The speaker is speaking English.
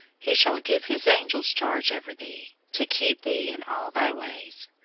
he shall give his angels charge over thee, to keep thee in all thy ways.